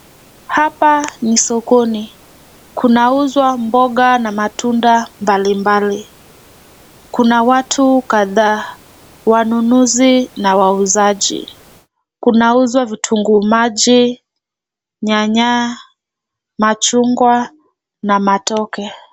Hapa ni sokoni. Kunauzwa mboga na matunda mbalimbali. Kuna watu kadhaa, wanunuzi na wauzaji. Kunauzwa vitunguu maji, nyanya, machungwa, na matoke.